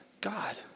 God